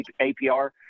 APR